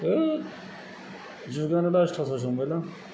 बेराद जुगानो लाजिथावथावसो मोनबायलां